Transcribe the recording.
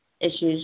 issues